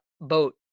boat